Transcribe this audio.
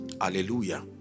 hallelujah